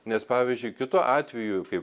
nes pavyzdžiui kitu atveju kai